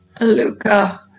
Luca